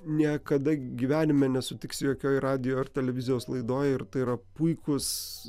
niekada gyvenime nesutiksi jokioj radijo ar televizijos laidoj ir tai yra puikūs